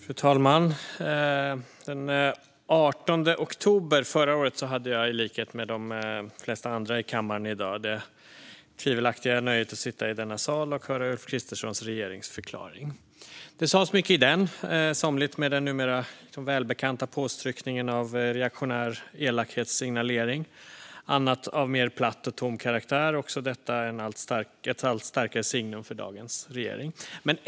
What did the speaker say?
Fru talman! Den 18 oktober förra året hade jag, i likhet med de flesta andra i kammaren i dag, det tvivelaktiga nöjet att sitta i denna sal och höra Ulf Kristerssons regeringsförklaring. Det sades mycket i den, somligt med den numera välbekanta anstrykningen av reaktionär elakhetssignalering, annat av mer platt och tom karaktär, också detta ett allt starkare signum för dagens regering.